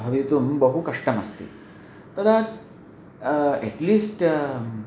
भवितुं बहु कष्टमस्ति तदा एट्लीस्ट्